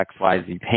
XYZ